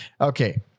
okay